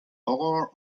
horror